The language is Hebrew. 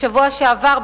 בשבוע שעבר,